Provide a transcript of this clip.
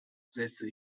setzte